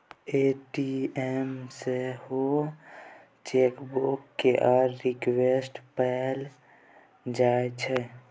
ATM सँ सेहो chequebook केर रिक्वेस्ट पठाएल जाइ छै